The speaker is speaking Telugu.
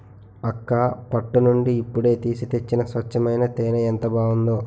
అక్కా పట్టు నుండి ఇప్పుడే తీసి తెచ్చిన స్వచ్చమైన తేనే ఎంత బావుందో